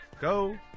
Go